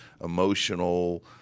emotional